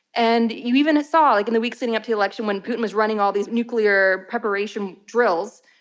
and you even saw, like in the weeks leading up to the election, when putin was running all these nuclear preparation drills,